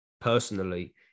personally